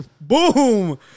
Boom